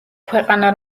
ქვეყანა